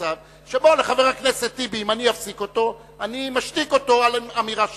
מצב שבו אם אפסיק את חבר הכנסת טיבי אני משתיק אותו על האמירה שאמרת.